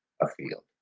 afield